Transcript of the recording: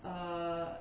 err